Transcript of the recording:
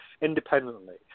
independently